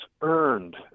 earned